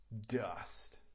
dust